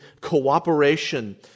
cooperation